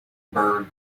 bird